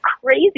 crazy